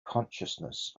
consciousness